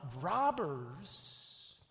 robbers